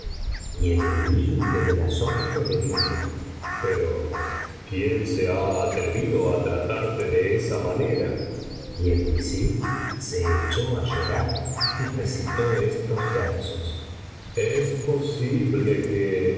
el límite del asombro le dijo pero quién se ha atrevido á tratarte de esa manera y el visir se echó á llorar y recitó estos versos es posible que